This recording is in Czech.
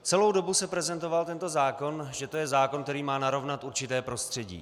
Celou dobu se prezentoval tento zákon, že to je zákon, který má narovnat určité prostředí.